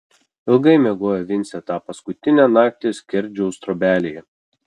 ilgai miegojo vincė tą paskutinę naktį skerdžiaus trobelėje